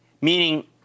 meaning